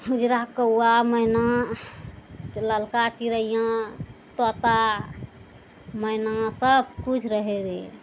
उजरा कौआ मैना ललका चिड़ैया तोता मैना सबकिछु रहय रहियै